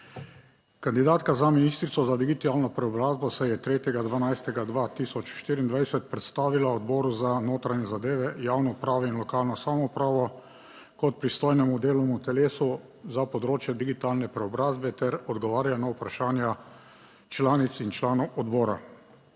Kandidatka za ministrico za digitalno preobrazbo se je 3. 12. 2024 predstavila Odboru za notranje zadeve, javno upravo in lokalno samoupravo kot pristojnemu delovnemu telesu za področje digitalne preobrazbe ter odgovarjala na vprašanja članic in članov odbora.